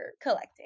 collecting